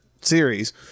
series